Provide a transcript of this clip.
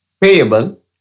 payable